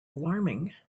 alarming